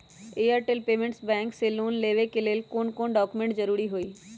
Airtel payments bank से loan लेवे के ले कौन कौन डॉक्यूमेंट जरुरी होइ?